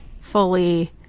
fully